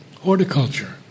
horticulture